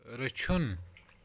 رٔچھُن